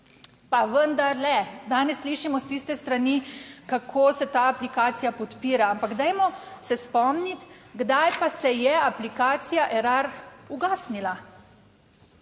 Pa vendarle danes slišimo s tiste strani, kako se ta aplikacija podpira, ampak dajmo se spomniti, kdaj pa se je aplikacija Erar ugasnila